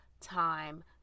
time